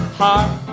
heart